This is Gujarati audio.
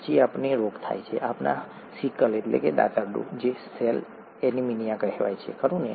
પછી આપણને રોગ થાય છે આપણને સિકલદાતરડું સેલ એનિમિયા કહેવાય છે ખરું ને